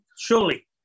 surely